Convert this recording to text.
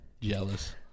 jealous